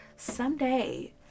someday